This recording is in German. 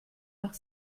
nach